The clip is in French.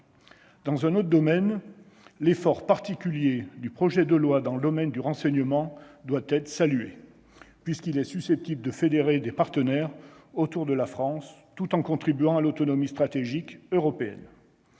profondeur avec vous. L'effort particulier du projet de loi dans le domaine du renseignement doit être salué, puisqu'il est susceptible de fédérer des partenaires autour de la France, tout en contribuant à l'autonomie stratégique européenne.